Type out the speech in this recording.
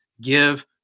Give